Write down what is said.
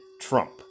Trump